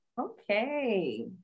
Okay